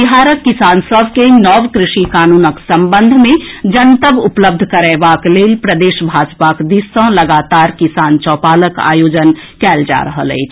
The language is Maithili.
बिहारक किसान सभ के नव कृषि कानूनक संबंध मे जनतब उपलब्ध करएबाक लेल प्रदेश भाजपाक दिस सँ लगातार किसान चौपालक आयोजन कएल जा रहल अछि